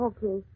Okay